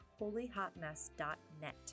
holyhotmess.net